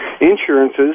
insurances